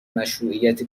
مشروعیت